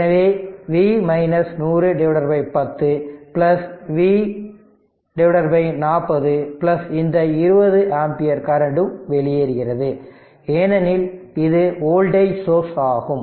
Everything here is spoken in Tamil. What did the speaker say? எனவே V 10010 V 40 இந்த 20 ஆம்பியர் கரண்ட்டும் வெளியேறுகிறது ஏனெனில் இது வோல்டேஜ் சோர்ஸ் ஆகும்